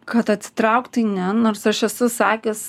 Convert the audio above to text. kad atsitraukt tai ne nors aš esu sakius